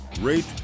rate